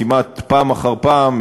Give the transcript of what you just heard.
כמעט פעם אחר פעם,